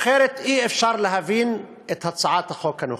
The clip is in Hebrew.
אחרת אי-אפשר להבין את הצעת החוק הנוכחית.